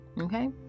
Okay